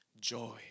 joy